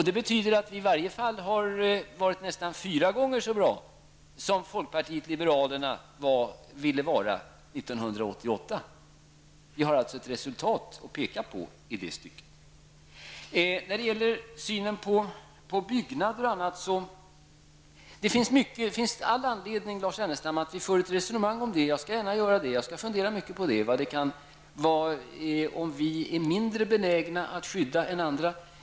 Det betyder att vi i varje fall har varit nästan fyra gånger så bra som folkpartiet liberalerna ville vara 1988. Vi har alltså ett resultat att peka på i det stycket. När det gäller synen på byggnader och annat finns det all anledning att vi för ett resonemang om detta, och jag skall gärna fundera på om vi i Sverige är mindre benägna att skydda byggnader än andra länder.